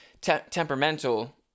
temperamental